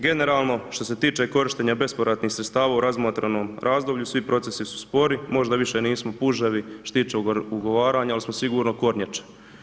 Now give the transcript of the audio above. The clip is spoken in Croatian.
Generalno što se tiče korištenja bespovratnih sredstava u razmatranom razdoblju svi procesi su spori, možda više nismo puževi što se tiče ugovaranja, al smo sigurno kornjače.